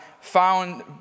found